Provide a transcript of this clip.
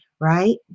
right